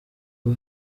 abo